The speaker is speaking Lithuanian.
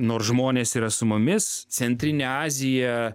nors žmonės yra su mumis centrinė azija